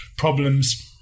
problems